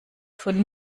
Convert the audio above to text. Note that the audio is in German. von